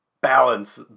balance